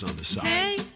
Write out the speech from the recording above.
Hey